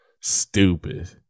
Stupid